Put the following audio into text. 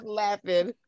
laughing